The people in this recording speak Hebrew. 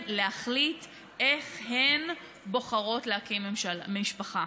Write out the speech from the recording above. להחליט איך הן בוחרות להקים משפחה.